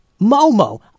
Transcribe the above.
Momo